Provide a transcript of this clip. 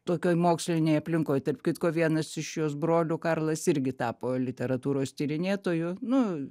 tokioj mokslinėj aplinkoj tarp kitko vienas iš jos brolių karlas irgi tapo literatūros tyrinėtoju nu